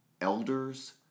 elders